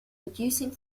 reducing